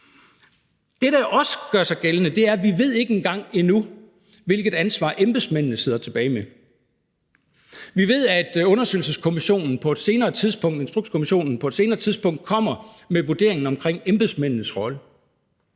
Det, der jo også gør sig gældende, er, at vi ikke engang endnu ved, hvilket ansvar embedsmændene sidder tilbage med. Vi ved, at undersøgelseskommissionen, Instrukskommissionen, på et senere tidspunkt kommer med vurderingen af embedsmændenes rolle.